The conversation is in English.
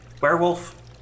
Werewolf